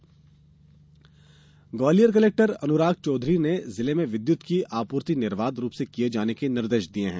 विद्युत आपूर्ति ग्वालियर कलेक्टर अनुराग चौधरी ने जिले में विद्युत की आपूर्ति निर्वाध रूप से किए जाने के निर्देश दिए हैं